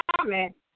comment